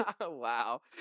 Wow